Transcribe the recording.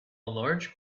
large